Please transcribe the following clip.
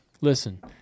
Listen